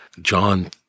John